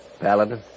Paladin